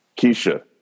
Keisha